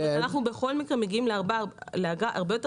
אנחנו בכל מקרה מגיעים לאגרה הרבה יותר